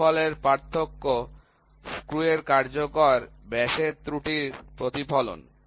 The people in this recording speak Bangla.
ফলাফলের পার্থক্য স্ক্রু র কার্যকর ব্যাসের ত্রুটির প্রতিফলন